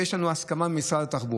ויש לנו הסכמה על כך עם משרד התחבורה.